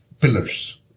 pillars